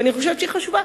ואני חושבת שהיא חשובה,